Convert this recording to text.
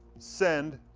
send,